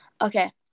Okay